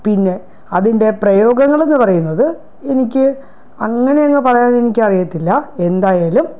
പിന്നെ അതിൻ്റെ പ്രയോഗങ്ങളെന്ന് പറയുന്നത് എനിക്ക് അങ്ങനങ്ങ് പറയാന് എനിക്കറിയത്തില്ല എന്തായാലും